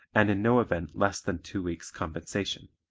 and in no event less than two weeks' compensation.